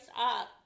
up